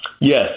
Yes